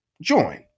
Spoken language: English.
Join